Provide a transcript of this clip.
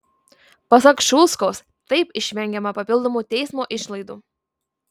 pasak šulskaus taip išvengiama papildomų teismo išlaidų